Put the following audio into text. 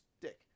dick